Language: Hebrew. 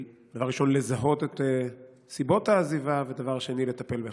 דבר ראשון לזהות את סיבות העזיבה ודבר שני לטפל בכך.